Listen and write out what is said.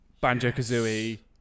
Banjo-Kazooie